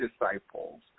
disciples